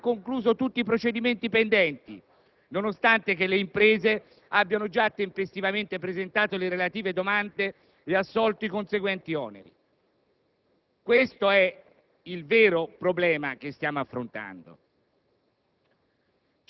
non ha ancora concluso tutti i procedimenti pendenti, nonostante le imprese abbiano già tempestivamente presentato le relative domande e assolto ai conseguenti oneri. Questo è il vero problema al nostro